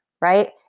right